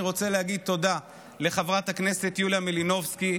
אני רוצה להגיד תודה לחברת הכנסת יוליה מלינובסקי,